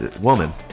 Woman